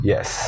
Yes